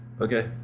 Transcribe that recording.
Okay